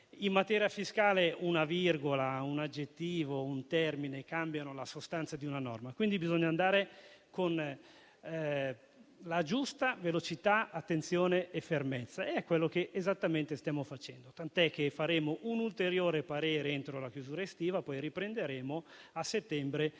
In materia fiscale una virgola, un aggettivo, un termine cambiano la sostanza di una norma, quindi bisogna procedere con la giusta velocità, attenzione e fermezza ed è quello che esattamente stiamo facendo, tant'è che esprimeremo un ulteriore parere entro la chiusura estiva, poi riprenderemo a settembre con